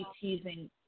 teasing